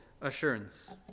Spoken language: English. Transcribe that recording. assurance